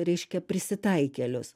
reiškia prisitaikėlius